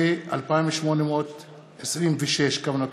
פ/2826/20